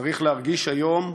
צריך להרגיש היום